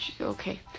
Okay